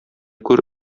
күр